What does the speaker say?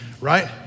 right